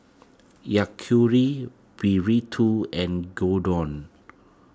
Burrito and Gyudon